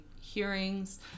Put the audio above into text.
hearings